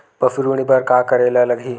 पशु ऋण बर का करे ला लगही?